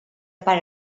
pare